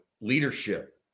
leadership